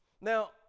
Now